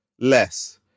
less